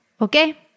okay